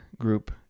group